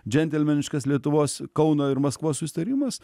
džentelmeniškas lietuvos kauno ir maskvos susitarimas